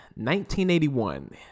1981